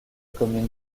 communes